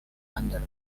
under